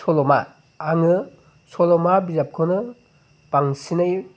सल'मा आङो सल'मा बिजाबखौनो बांसिनै